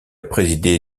présidé